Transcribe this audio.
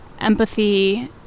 empathy